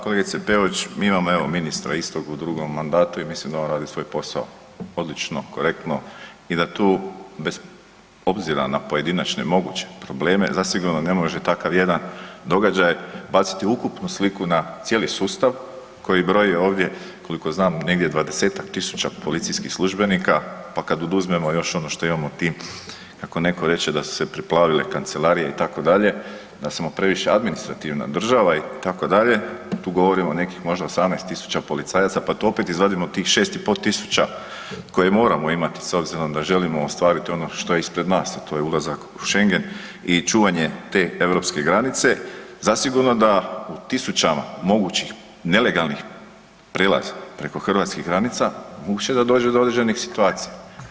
Kolegice Peović, mi imamo evo ministra isto u drugom mandatu i mislim da on radi svoj posao odlično, korektno i da tu bez obzira na pojedinačne moguće probleme zasigurno ne može takav jedan događaj baciti ukupnu sliku na cijeli sustav koji broji ovdje koliko znam negdje 20-tak tisuća policijskih službenika, pa kad oduzmemo još ono što imamo u tim, kako neko reče da su se preplavile kancelarije itd., da smo previše administrativna država itd., tu govorimo o nekih možda 18.000 policajaca, pa tu opet izvadimo tih 6500 koje moramo imati s obzirom da želimo ostvariti ono što je ispred nas, a to je ulazak u Šengen i čuvanje te europske granice, zasigurno da u tisućama mogućih nelegalnih prelaza preko hrvatskih granica moguće da dođe do određenih situacija.